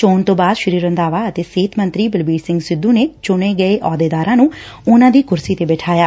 ਚੋਣ ਰੋਂ ਬਾਅਦ ਸ੍ਰੀ ਰੰਧਾਵਾ ਅਤੇ ਸਿਹਤ ਮੰਤਰੀ ਬਲਬੀਰ ਸਿੰਘ ਸਿੱਧੁ ਨੇ ਚੁਣੇ ਗਏ ਅਹੁੱਦੇਦਾਰਾਂ ਨੂੰ ਉਨੂਾਂ ਦੀ ਕੁਰਸੀ ਤੇ ਬਠਾਇਆ